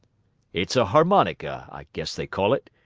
it's a harmonica, i guess they call it.